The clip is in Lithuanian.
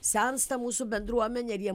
sensta mūsų bendruomenė ir jiem